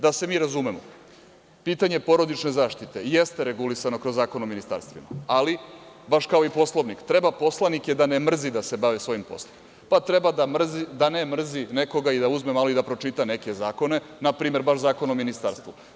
Da se mi razumemo, pitanje porodične zaštite jeste regulisano kroz Zakon o ministarstvima, ali baš kao i Poslovnik treba poslanike da ne mrzi da se bave svojim poslom, pa treba da ne mrzi nekoga da uzme malo i da pročita neke zakone, npr. baš Zakon o ministarstvima.